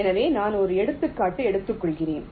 எனவே நான் ஒரு எடுத்துக்காட்டு எடுத்துக்கொள்கிறேன்